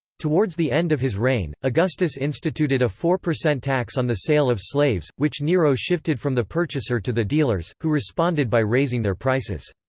towards the end of his reign, augustus instituted a four percent tax on the sale of slaves, which nero shifted from the purchaser to the dealers, who responded by raising their prices.